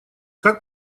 как